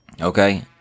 okay